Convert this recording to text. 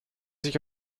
sich